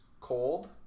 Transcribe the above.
cold